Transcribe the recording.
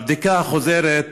בבדיקה החוזרת,